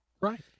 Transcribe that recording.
right